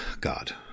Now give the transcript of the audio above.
God